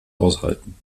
aushalten